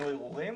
מהרישיונות.